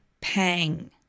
pang